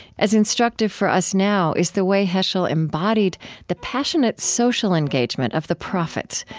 as instructive for us now is the way heschel embodied the passionate social engagement of the prophets,